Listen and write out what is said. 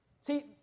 See